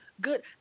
good